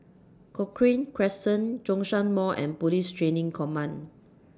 Cochrane Crescent Zhongshan Mall and Police Training Command